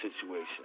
situation